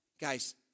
Guys